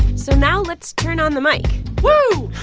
so now let's turn on the mic woo